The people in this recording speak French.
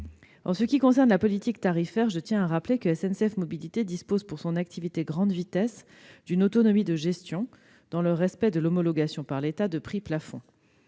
En ce qui concerne la politique tarifaire, je rappelle que SNCF Mobilités dispose pour son activité grande vitesse d'une autonomie de gestion, dans le respect de l'homologation par l'État de prix plafonds.